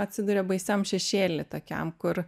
atsiduria baisiam šešėly tokiam kur